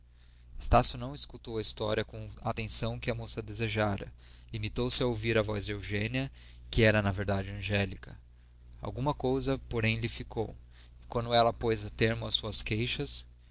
estácio não escutou a história com a atenção que a moça desejara limitou-se a ouvir a voz de eugênia que era na verdade angélica alguma coisa porém lhe ficou e quando ela pôs termo às suas queixas